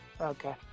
Okay